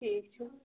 ٹھیٖک چھُ